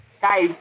Guys